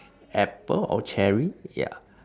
apple or cherry ya